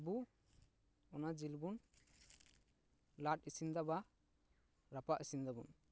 ᱟᱵᱚ ᱚᱱᱟ ᱡᱤᱞ ᱵᱩᱱ ᱞᱟᱫ ᱤᱥᱤᱱ ᱮᱫᱟ ᱵᱟ ᱨᱟᱯᱟᱜ ᱤᱥᱤᱱ ᱮᱫᱟ ᱵᱚ